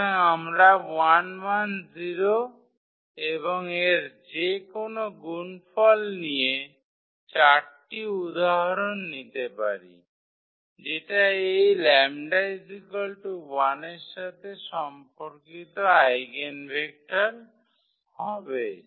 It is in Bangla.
সুতরাং আমরা এবং এর যেকোনো গুণফল নিয়ে চারটি উদাহরণ নিতে পারি যেটা এই 𝝀 1 এর সাথে সম্পর্কিত আইগেনভেক্টর হবে